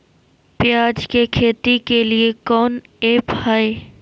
प्याज के खेती के लिए कौन ऐप हाय?